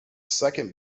second